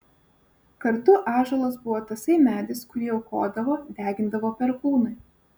kartu ąžuolas buvo tasai medis kurį aukodavo degindavo perkūnui